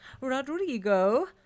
Rodrigo